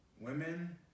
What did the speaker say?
women